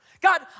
God